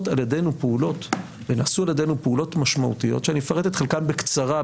על ידנו פעולות ונעשו על ידנו פעולות משמעותיות שאפרט את חלקן בקצרה,